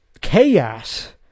chaos